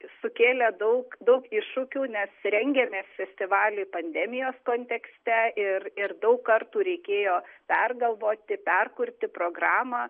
sukėlė daug daug iššūkių nes rengėmės festivaliui pandemijos kontekste ir ir daug kartų reikėjo pergalvoti perkurti programą